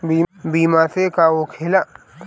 बीमा से का होखेला?